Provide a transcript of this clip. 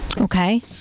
Okay